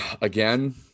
again